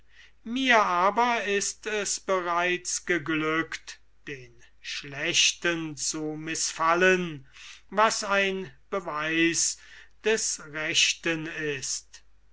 mir ist es bereits geglückt den schlechten zu mißfallen was ein beweis des rechten ist